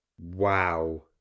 Wow